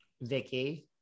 Vicky